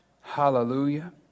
Hallelujah